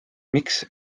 miks